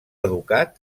educat